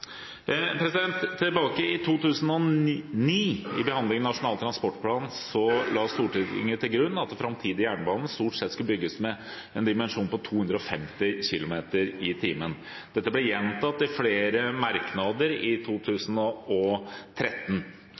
Tilbake i 2009, ved behandlingen av Nasjonal transportplan, la Stortinget til grunn at den framtidige jernbanen stort sett skal bygges og dimensjoneres for 250 km/t. Dette ble gjentatt i flere merknader i 2013.